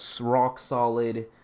rock-solid